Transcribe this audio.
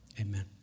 Amen